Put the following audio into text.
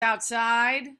outside